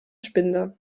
spinde